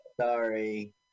Sorry